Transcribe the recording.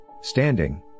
standing